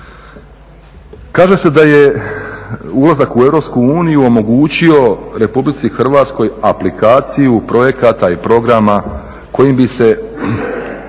Kaže se da je ulazak u EU omogućio RH aplikaciju projekata i programa kojim bi se